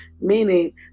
meaning